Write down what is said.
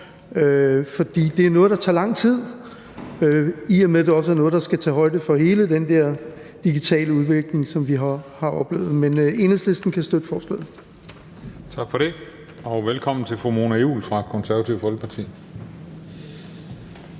For det er noget, der tager lang tid, i og med at det også er noget, der skal tage højde for hele den der digitale udvikling, som vi har oplevet. Men Enhedslisten kan støtte forslaget. Kl. 15:20 Den fg. formand (Christian